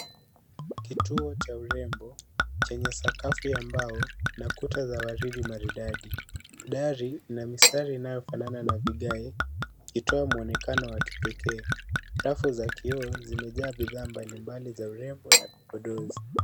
Kituo cha urembo chenye sakafu ya mbao na kuta za waridi maridadi. Dari ina mistari inayofanana na vigae ikitoa mwonekano wa kipekee. Rafu zimejaa bidhaa mbalimbali za urembo na vipodozi.